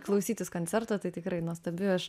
klausytis koncerto tai tikrai nuostabi aš